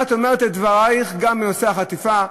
את אמרת את דברייך גם בנושא החטיפה,